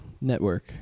network